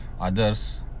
others